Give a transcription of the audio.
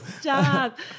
Stop